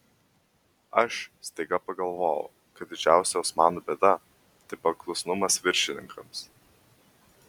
aš staiga pagalvojau kad didžiausia osmanų bėda tai paklusnumas viršininkams